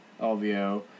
lvo